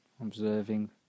observing